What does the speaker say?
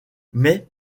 mais